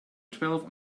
twelve